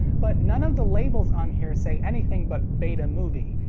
but, none of the labels on here say anything but betamovie,